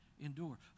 endure